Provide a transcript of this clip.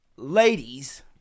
Ladies